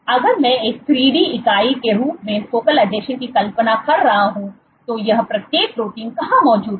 अगर मैं एक 3D इकाई के रूप में फोकल आसंजन की कल्पना कर रहा हूं तो यह प्रत्येक प्रोटीन कहां मौजूद हैं